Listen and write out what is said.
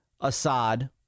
Assad